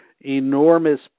enormous